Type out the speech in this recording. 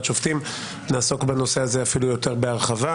שופטים נעסוק בנושא הזה אפילו יותר בהרחבה,